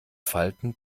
falten